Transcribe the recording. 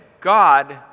God